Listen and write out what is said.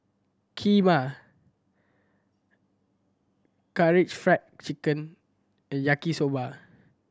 Kheema Karaage Fried Chicken and Yaki Soba